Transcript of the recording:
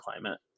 climate